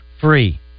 free